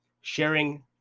sharing